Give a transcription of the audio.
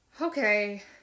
Okay